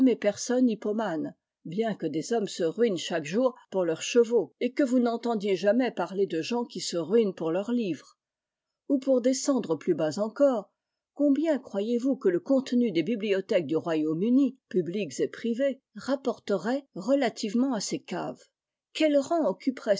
personne hippomane bien que des hommes se ruinent chaque jour pour leurs chevaux et que vous n'entendiez jamais parler de gens qui se ruinent pour leurs livres ou pour descendre plus bas encore combien croyez-vous que le contenu des bibliothèques du royaume uni publiques et privées rapporterait relativement à ses ëves quel rang occuperait